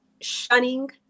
shunning